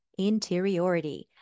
interiority